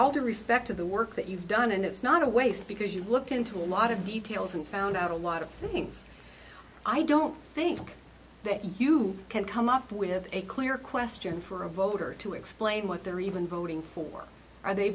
due respect to the work that you've done and it's not a waste because you've looked into a lot of details and found out a lot of things i don't think that you can come up with a clear question for a voter to explain what they're even voting for are they